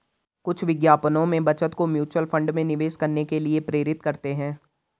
कुछ विज्ञापनों में बचत को म्यूचुअल फंड में निवेश करने के लिए प्रेरित करते हैं